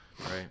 Right